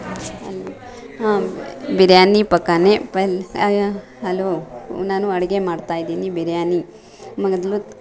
ಹ್ಞೂ ಹಾಂ ಬಿರಿಯಾನಿ ಪಕ್ಕನೆ ಹಲೋ ನಾನು ಅಡಿಗೆ ಮಾಡ್ತಾಯಿದ್ದೀನಿ ಬಿರಿಯಾನಿ ಮೊದಲು